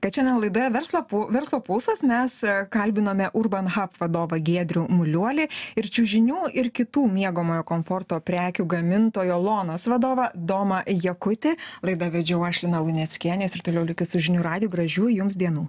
kad šiandien laidoje verslo verslo pulsas mes kalbinome urbanhap vadovą giedrių muliuolį ir čiužinių ir kitų miegamojo komforto prekių gamintojo lonas vadovą domą jakutį laidą vedžiau aš lina luneckienė jūs ir toliau likit su žinių radiju gražių jums dienų